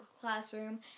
Classroom